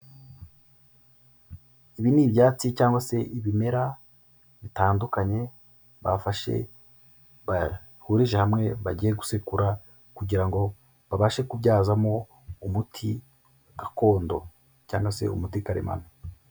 Ibi ni ibyatsi cyangwa se ibimera bitandukanye bafashe bahurije hamwe, bagiye gusekura kugira ngo babashe kubyazamo umuti gakondo, cyangwa se umuti karemano.